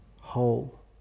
whole